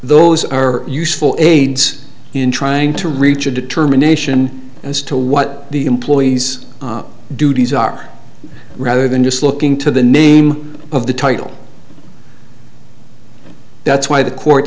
those are useful aids in trying to reach a determination as to what the employees duties are rather than just looking to the name of the title that's why the court